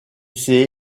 s’est